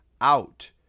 out